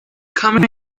come